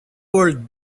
world